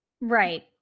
Right